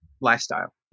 lifestyle